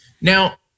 now